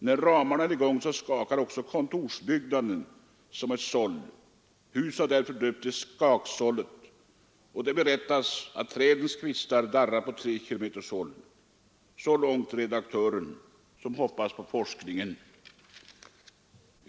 När ramarna är igång skakar också kontorsbyggnaden som ett såll, huset har också döpts till ”Skaksållet” och det berättas att trädens kvistar darrar på tre kms håll.” Så långt den här redaktören som hoppas på forskningen.